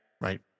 Right